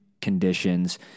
conditions